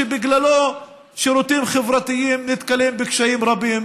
שבגללו שירותים חברתיים נתקלים בקשיים רבים